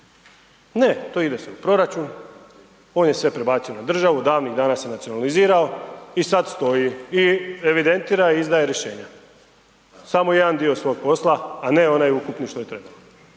ne to ide se u proračun, on je sve prebacio na državu, davnih dana se nacionalizirao i sad stoji i evidentira i izdaje rješenja. Samo jedan dio svog posla, a ne onaj ukupni što je trebao.